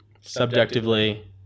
subjectively